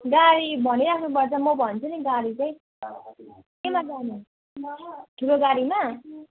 गाडी भनिराख्नुपर्छ म भन्छु नि गाडी चाहिँ केमा जाने ठुलो गाडीमा